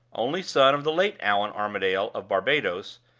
only son of the late allan armadale, of barbadoes,